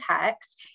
text